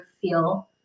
feel